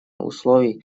условий